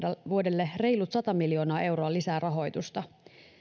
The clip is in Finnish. vuodelle reilut sata miljoonaa euroa lisää rahoitusta